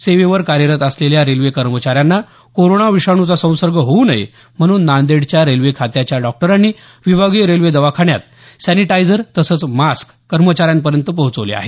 सेवेवर कार्यरत असलेल्या रेल्वे कर्मचाऱ्यांना कोरोना विषाणूचा संसर्ग होऊ नये म्हणून नांदेडच्या रेल्वे खात्याच्या डॉक्टरांनी विभागीय रेल्वे दवाखान्यात सॅनिटाझजर तसंच मास्क कर्मचाऱ्यांपर्यंत पोहोचवले आहेत